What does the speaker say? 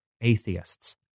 atheists